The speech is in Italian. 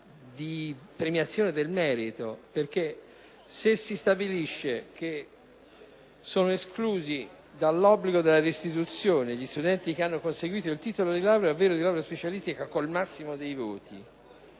premialita del merito. Stabilendosi infatti che sono esclusi dall’obbligo della restituzione gli studenti che hanno conseguito il titolo di laurea ovvero di laurea specialistica con il massimo dei voti,